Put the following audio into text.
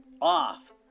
...off